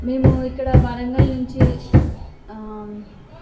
మేము ఇక్కడ వరంగల్ నుంచి ఆ